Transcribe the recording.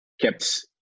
kept